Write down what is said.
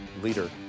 leader